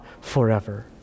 forever